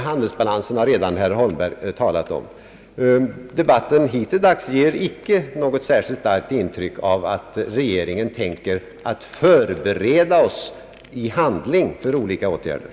Handelsbalansen har herr Holmberg redan talat om. Debatten hittills ger inte något särskilt starkt intryck av att regeringen tänker förbereda oss i handling för olika alternativ.